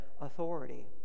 authority